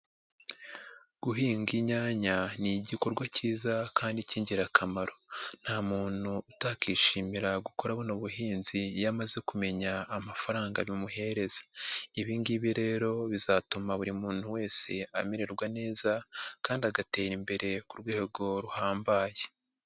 Guhinga inyanya ni igikorwa kiza kandi k'ingirakamaro. Nta muntu utakishimira gukora buno buhinzi iyo amaze kumenya amafaranga bimuhereza. Ibi ngibi rero bizatuma buri muntu wese amererwa neza kandi agatera imbere ku rwego ruhambaye.